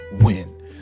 win